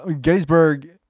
Gettysburg